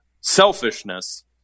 selfishness